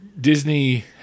disney